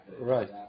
right